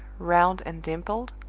round and dimpled,